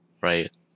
right